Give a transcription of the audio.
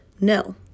No